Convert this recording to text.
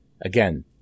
again